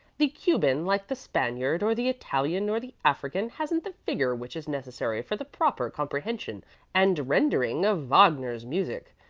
the cuban, like the spaniard or the italian or the african, hasn't the vigor which is necessary for the proper comprehension and rendering of wagner's music.